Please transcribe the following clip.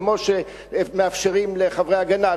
כמו שמאפשרים לחברי "ההגנה",